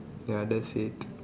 ya that's it